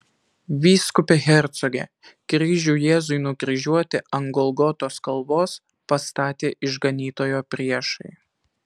vyskupe hercoge kryžių jėzui nukryžiuoti ant golgotos kalvos pastatė išganytojo priešai